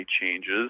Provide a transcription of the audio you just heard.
changes